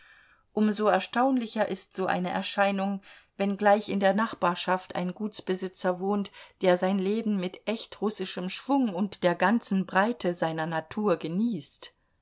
so erstaunlicher ist so eine erscheinung wenn gleich in der nachbarschaft ein gutsbesitzer wohnt der sein leben mit echt russischem schwung und der ganzen breite seiner natur genießt